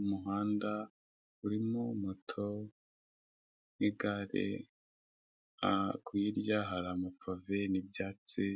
Umuhanda urimo moto n'igare hirya hari amapave n'ibyatsi